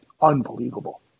unbelievable